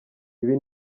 ibi